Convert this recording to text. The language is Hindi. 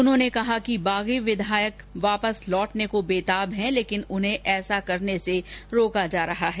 उन्होंने कहा कि बागी विधायक वापस लौटने को बेताब हैं लेकिन उन्हें ऐसा करने से रोका जा रहा है